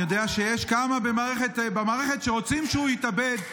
אני יודע שיש כמה במערכת שרוצים שהוא יתאבד.